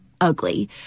ugly